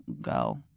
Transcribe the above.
go